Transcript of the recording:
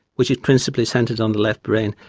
which is principally centred on the left brain,